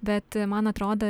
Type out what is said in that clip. bet man atrodo